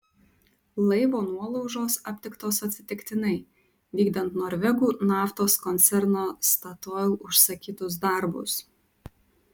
laivo nuolaužos aptiktos atsitiktinai vykdant norvegų naftos koncerno statoil užsakytus darbus